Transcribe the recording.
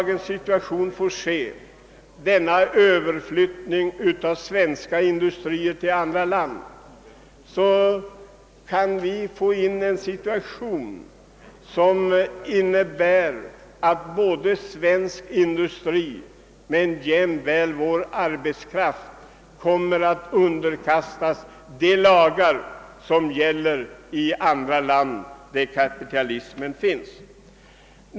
Genom överflyttning av svenska industrier till andra länder kan vi få en situation där både svensk industri och vår arbetskraft kommer att underkastas de lagar som gäller i andra länder där den ohämmade kapitalismen finns.